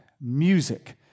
music